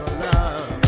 love